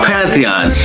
Pantheon